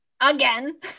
again